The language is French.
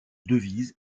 devise